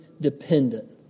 dependent